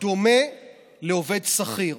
דומה לעובד שכיר.